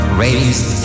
raised